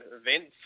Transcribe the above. event